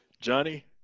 Johnny